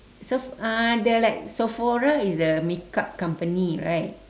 seph~ uh the like sephora is the makeup company right